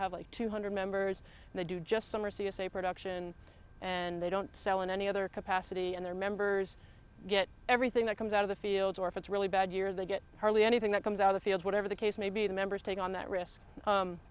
have two hundred members and they do just some are c s a production and they don't sell in any other capacity and their members get everything that comes out of the field or if it's really bad year they get hardly anything that comes out of the field whatever the case may be the members take on that risk